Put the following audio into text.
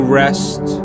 rest